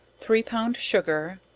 three pound sugar,